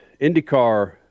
IndyCar